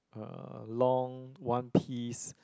uh long one piece